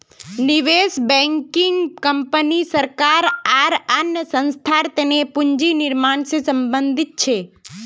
निवेश banking company सरकार आर अन्य संस्थार तने पूंजी निर्माण से संबंधित छे